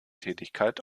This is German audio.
tätigkeit